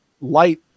light